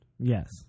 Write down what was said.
Yes